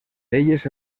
leyes